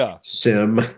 sim